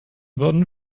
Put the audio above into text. würden